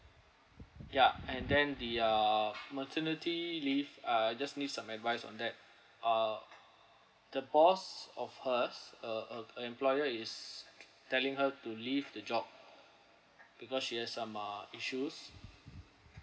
ya and then the uh maternity leave uh I just need some advice on that uh the boss of hers uh her employer is t~ telling her to leave the job because she has some ah issues